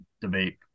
debate